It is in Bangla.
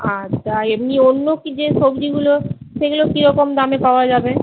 আচ্ছা এমনি অন্য কী যে সবজিগুলো সেগুলো কীরকম দামে পাওয়া যাবে